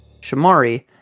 Shamari